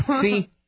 See